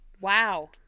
Wow